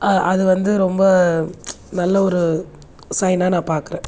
அது வந்து ரொம்ப நல்ல ஒரு சைனா நான் பாக்குறேன்